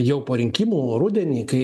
jau po rinkimų rudenį kai